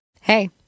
Hey